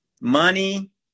money